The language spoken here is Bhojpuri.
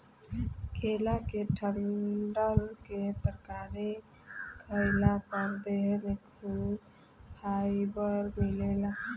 केला के डंठल के तरकारी खइला पर देह में खूब फाइबर मिलेला